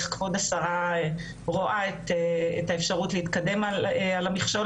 איך כבוד השרה רואה את האפשרות להתקדם על המכשול